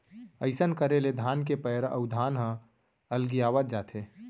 अइसन करे ले धान के पैरा अउ धान ह अलगियावत जाथे